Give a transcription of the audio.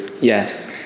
Yes